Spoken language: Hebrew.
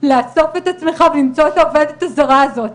לאסוף את עצמך ולמצוא את העובדת הזרה הזאת.